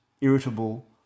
irritable